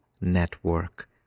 network